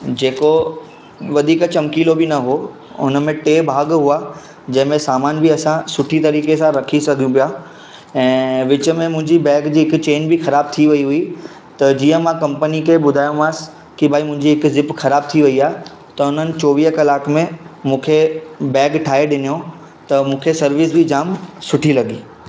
जेको वधीक चमकीलो बि न हो उनमें टे भाॻ हुआ जंहिंमें सामानु बि असां सुठी तरीक़े सां रखी सघूं पिया ऐं विच में मुंहिंजे बैग जी हिक चैन बि ख़राबु थी वेई हुई त जीअं मां कंपनी खे ॿुधायोमांसि की भाई मुंहिंजी हिक झिप ख़राबु थी वेई आहे त हुननि चोवीह कलाकनि में मूंखे बैग ठाहे ॾिनउं त मूंखे सर्विस बि जामु सुठी लॻी